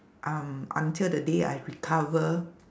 um until the day I've recover